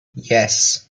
yes